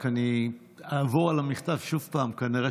רק אני אעבור על המכתב שוב, כנראה